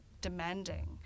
demanding